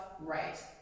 right